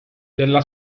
della